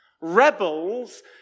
rebels